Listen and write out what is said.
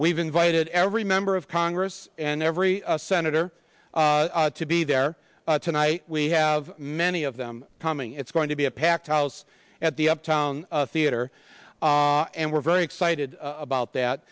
we've invited every member of congress and every senator to be there tonight we have many of them coming it's going to be a packed house at the uptown theater and we're very excited about that